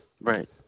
Right